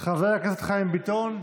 חבר הכנסת חיים ביטון,